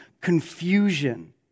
confusion